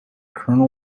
colonel